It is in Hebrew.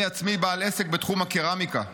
אני עצמי בעל עסק בתחום הקרמיקה,